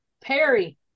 Perry